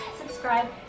subscribe